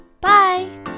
Bye